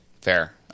Fair